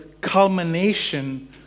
culmination